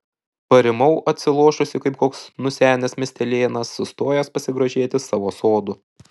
parimau atsilošusi kaip koks nusenęs miestelėnas sustojęs pasigrožėti savo sodu